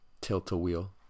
tilt-a-wheel